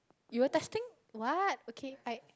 you were testing what okay I